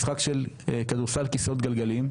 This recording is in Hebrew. משחק של כדורסל כיסאות גלגלים,